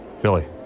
Philly